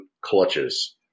clutches